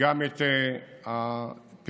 ממיליון ל-1.5 מיליון,